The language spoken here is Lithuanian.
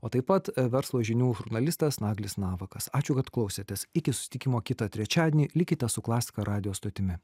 o taip pat verslo žinių žurnalistas naglis navakas ačiū kad klausėtės iki susitikimo kitą trečiadienį likite su klasika radijo stotimi